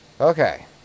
okay